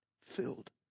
Filled